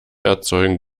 erzeugen